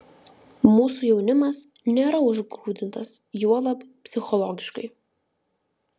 mūsų jaunimas nėra užgrūdintas juolab psichologiškai